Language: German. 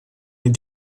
den